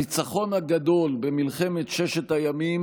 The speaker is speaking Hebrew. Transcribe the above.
הניצחון הגדול במלחמת ששת הימים